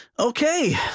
Okay